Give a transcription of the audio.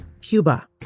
Cuba